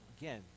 again